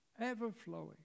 ever-flowing